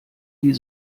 die